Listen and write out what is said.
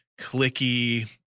clicky